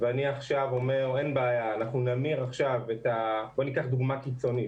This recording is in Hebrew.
ואני עכשיו אומר שאין בעיה ניקח דוגמה קיצונית